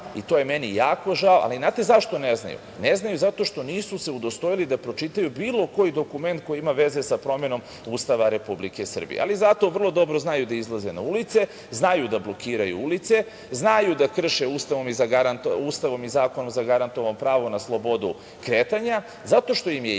i to je meni jako žao. Znate zašto ne znaju? Ne znaju zato što se nisu udostojili da pročitaju bilo koji dokument koji ima veze sa promenom Ustava Republike Srbije. Ali, zato vrlo dobro znaju da izlaze na ulice, znaju da blokiraju ulice, znaju da krše Ustavom i zakonom zagarantovano pravo na slobodu kretanja, zato što im je jako